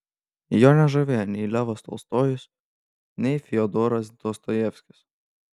jo nežavėjo nei levas tolstojus nei fiodoras dostojevskis